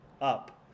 up